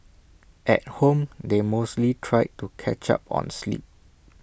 at home they mostly try to catch up on sleep